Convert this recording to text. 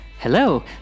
Hello